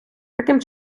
таким